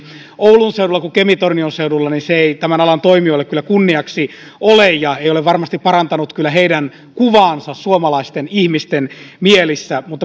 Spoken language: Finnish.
oulun seudulla kuin kemin tornion seudulla ei tämän alan toimijoille kyllä kunniaksi ole ja ei ole varmasti parantanut kyllä heidän kuvaansa suomalaisten ihmisten mielissä